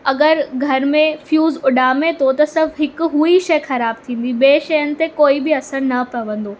अगरि घर में फ्यूज़ उॾामे थो त सभु हिकु हूअ ई शइ ख़राबु थींदी ॿिए शइ ते कोई बि असरु न पवंदो